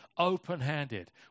open-handed